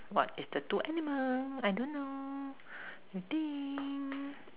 what is the two animals I don't know I think